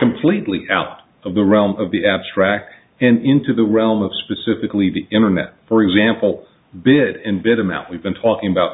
completely out of the realm of the abstract and into the realm of specifically the internet for example bid in bed amount we've been talking about